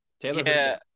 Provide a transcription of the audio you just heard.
Taylor